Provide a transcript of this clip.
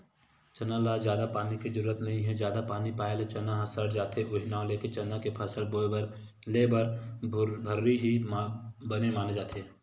चना ल जादा पानी के जरुरत नइ हे जादा पानी पाए ले चना ह सड़ जाथे उहीं नांव लेके चना के फसल लेए बर भर्री ही बने माने जाथे